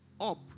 up